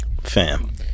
fam